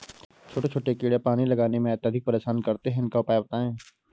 छोटे छोटे कीड़े पानी लगाने में अत्याधिक परेशान करते हैं इनका उपाय बताएं?